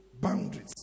boundaries